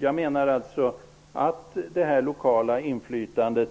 Jag menar alltså att det lokala inflytandet